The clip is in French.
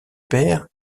père